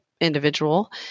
individual